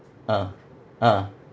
ah ah